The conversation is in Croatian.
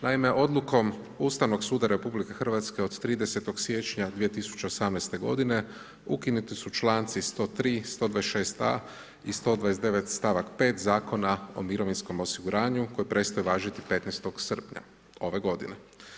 Naime odlukom Ustavnog suda od 30. siječnja 2018. g. ukinuti su članci 103., 126. a i 129. stavak 5. Zakona o mirovinskom osiguranju koji prestaje važiti 15. srpnja ove godine.